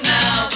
now